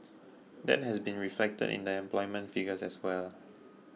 that has been reflected in the employment figures as well